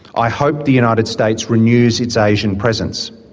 i hope the united states renews its asian presence.